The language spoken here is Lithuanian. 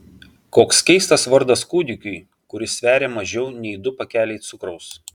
koks keistas vardas kūdikiui kuris sveria mažiau nei du pakeliai cukraus